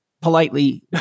politely